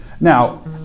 Now